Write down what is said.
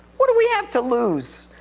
what do we have to lose?